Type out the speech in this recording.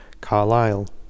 Carlisle